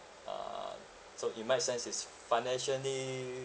uh so in my sense is financially